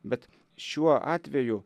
bet šiuo atveju